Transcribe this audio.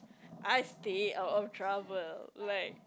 I stay out of trouble like